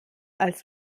als